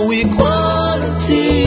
equality